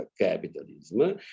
capitalism